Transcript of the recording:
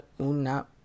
una